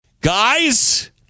Guys